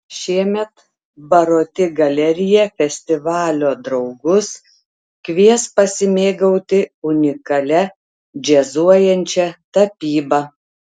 šiemet baroti galerija festivalio draugus kvies pasimėgauti unikalia džiazuojančia tapyba